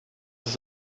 ist